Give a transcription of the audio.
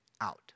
out